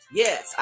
yes